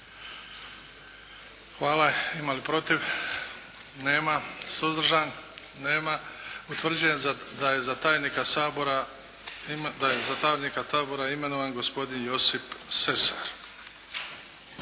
Hvala. Ima li protiv? Nema. Suzdržan? Nema. Utvrđujem da je za tajnika Sabora imenovan gospodin Josip Sesar.